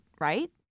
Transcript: right